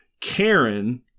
Karen